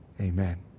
Amen